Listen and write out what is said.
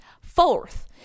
Fourth